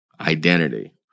identity